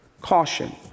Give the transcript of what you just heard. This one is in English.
caution